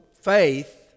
Faith